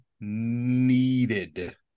needed